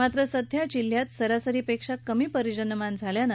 मात्र सध्या जिल्ह्यात सरासरीपेक्षा कमी पर्जन्यमान झाले आहे